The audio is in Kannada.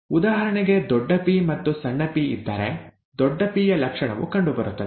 ಉದಾಹರಣೆಗೆ ದೊಡ್ಡ ಪಿ ಮತ್ತು ಸಣ್ಣ ಪಿ ಇದ್ದರೆ ದೊಡ್ಡ ಪಿ ಯ ಲಕ್ಷಣವು ಕಂಡುಬರುತ್ತದೆ